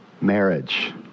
marriage